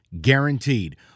guaranteed